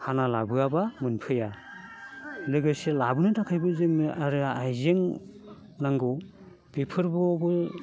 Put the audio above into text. हाना लाबोआब्ला मोनफैया लोगोसे लाबोनो थाखायबो जोंनो आरो आइजें नांगौ बेफोरावबो